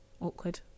awkward